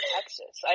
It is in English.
Texas